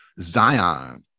Zion